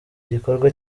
gikorwa